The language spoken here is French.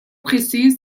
précise